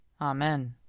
Amen